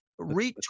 retweet